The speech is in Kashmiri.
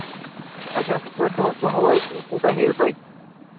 اچھا تویتہِ دۄہ دۄہ وَے کوٗتاہ ہیٚیِو تُہۍ